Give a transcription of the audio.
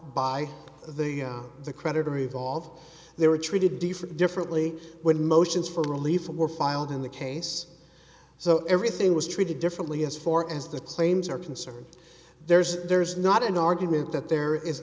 by the the creditor evolve they were treated different differently when motions for relief were filed in the case so everything was treated differently as far as the claims are concerned there's there's not an argument that there is